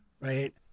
right